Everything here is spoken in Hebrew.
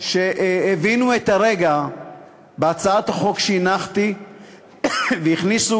הבינו את הרגע בהצעת החוק שהנחתי והכניסו